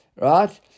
right